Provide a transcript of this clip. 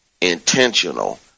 intentional